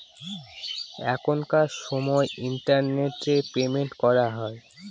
এখনকার সময় internet payment করা হয়